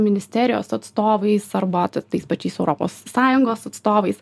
ministerijos atstovais arba tos tais pačiais europos sąjungos atstovais